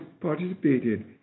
participated